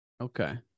Okay